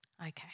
Okay